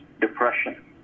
depression